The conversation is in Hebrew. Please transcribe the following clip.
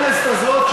לכנסת הזאת,